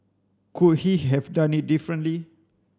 could he have done it differently